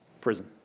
Prison